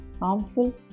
harmful